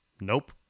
nope